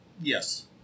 Yes